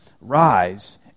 rise